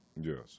Yes